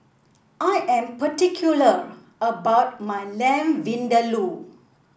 I am particular about my Lamb Vindaloo